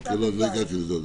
אוקיי, לא הגעתי לזה.